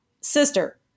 sister